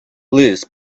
liz